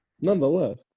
Nonetheless